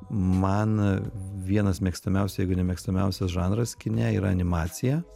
man vienas mėgstamiausių jeigu ne mėgstamiausias žanras kine yra animacija